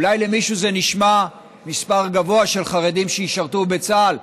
אולי למישהו זה נשמע מספר גבוה של חרדים שישרתו בצה"ל,